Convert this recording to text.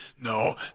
no